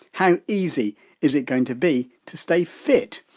how easy is it going to be to stay fit?